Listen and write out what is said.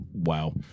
Wow